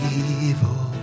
evil